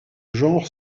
genre